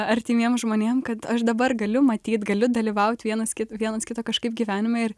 artimiems žmonėm kad aš dabar galiu matyt galiu dalyvaut vienas kit vienas kito kažkaip gyvenime ir